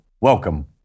Welcome